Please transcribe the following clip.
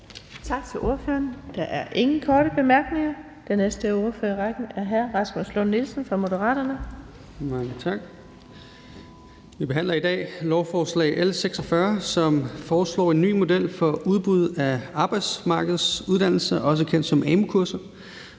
Tak til ordføreren. Der er ingen korte bemærkninger. Den næste ordfører i rækken er hr. Rasmus Lund-Nielsen fra Moderaterne. Kl. 09:57 (Ordfører) Rasmus Lund-Nielsen (M): Mange tak. Vi behandler i dag lovforslag L 46, som foreslår en ny model for udbud af arbejdsmarkedsuddannelser, også kendt som amu-kurser.